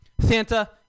Santa